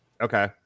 Okay